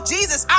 Jesus